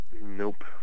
Nope